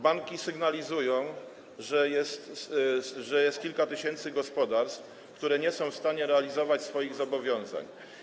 Banki sygnalizują, że jest kilka tysięcy gospodarstw, które nie są w stanie realizować swoich zobowiązań.